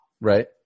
right